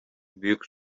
büyük